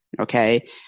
Okay